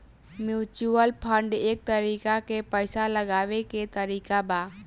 mutual fund एक तरीका के पइसा लगावे के तरीका बा